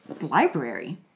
library